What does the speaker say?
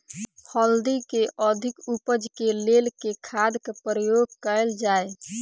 हल्दी केँ अधिक उपज केँ लेल केँ खाद केँ प्रयोग कैल जाय?